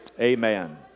amen